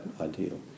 ideal